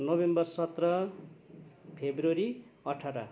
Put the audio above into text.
November सत्र February अठार